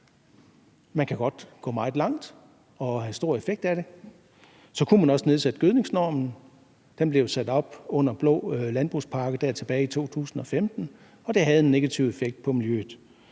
Man kan godt gå meget langt og få en stor effekt ud af det. Så kunne man også nedsætte gødningsnormen. Den blev jo sat op med den blå landbrugspakke tilbage i 2015, og det havde en negativ effekt på miljøet.